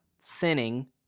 sinning